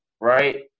right